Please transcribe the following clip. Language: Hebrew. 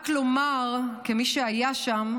רק לומר כמי שהיה שם,